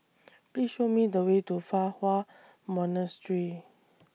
Please Show Me The Way to Fa Hua Monastery